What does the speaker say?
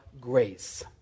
grace